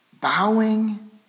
bowing